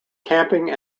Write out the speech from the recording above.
camping